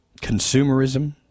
consumerism